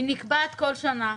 שהיא נקבעת בכל שנה,